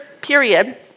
period